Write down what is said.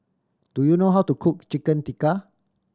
do you know how to cook Chicken Tikka